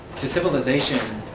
to civilization,